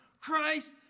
Christ